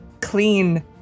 Clean